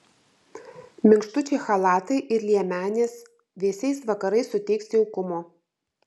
minkštučiai chalatai ir liemenės vėsiais vakarais suteiks jaukumo